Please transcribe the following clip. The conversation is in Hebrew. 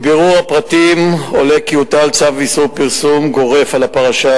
מבירור הפרטים עולה כי הוטל צו איסור פרסום גורף על הפרשה.